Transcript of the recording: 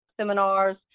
seminars